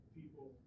people